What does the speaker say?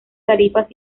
tarifas